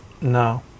No